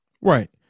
right